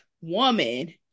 woman